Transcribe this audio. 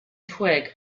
twig